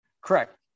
Correct